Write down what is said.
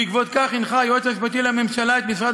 ובעקבות כך הנחה היועץ המשפטי לממשלה את משרד